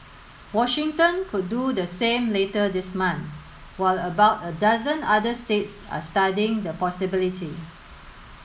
Washington could do the same later this month while about a dozen other states are studying the possibility